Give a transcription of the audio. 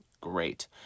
Great